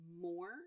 more